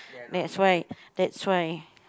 that's why that's why